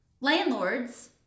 landlords